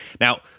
Now